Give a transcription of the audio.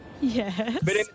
Yes